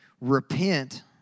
repent